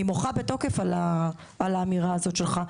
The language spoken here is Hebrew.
אני מוחה בתוקף על האמירה הזו שלך,